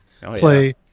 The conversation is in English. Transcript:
play